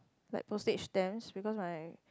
like postage stamps because my